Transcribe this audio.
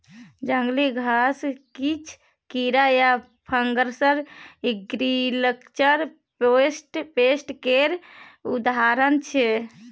जंगली घास, किछ कीरा आ फंगस एग्रीकल्चर पेस्ट केर उदाहरण छै